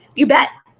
you bet.